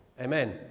Amen